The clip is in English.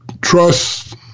trust